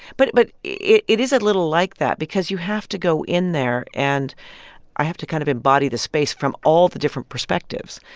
but but it it is a little like that because you have to go in there, and i have to kind of embody the space from all the different perspectives.